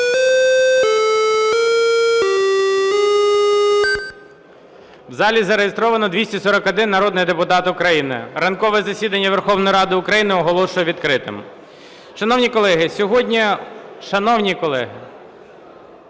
В залі зареєстровано 241 народний депутат України. Ранкове засідання Верховної Ради України оголошую відкритим. Шановні колеги, сьогодні… Шановні колеги,